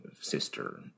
sister